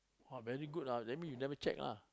!wah! very good ah that means you never check lah